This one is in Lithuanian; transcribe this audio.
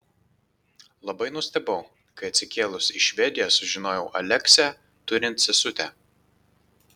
labai nustebau kai atsikėlusi į švediją sužinojau aleksę turint sesutę